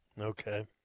Okay